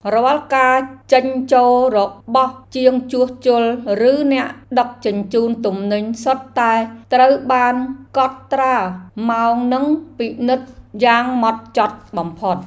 រាល់ការចេញចូលរបស់ជាងជួសជុលឬអ្នកដឹកជញ្ជូនទំនិញសុទ្ធតែត្រូវបានកត់ត្រាម៉ោងនិងពិនិត្យយ៉ាងហ្មត់ចត់បំផុត។